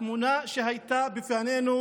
התמונה שהייתה בפנינו